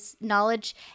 knowledge